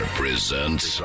presents